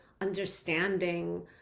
understanding